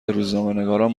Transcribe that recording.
روزنامهنگاران